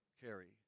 carry